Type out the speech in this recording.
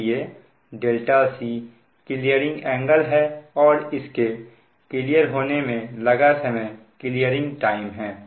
इसलिए c clearing angle है और इसके क्लियर होने में लगा समय क्लीयरिंग टाइम है